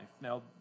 Now